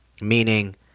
meaning